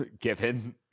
given